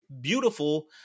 beautiful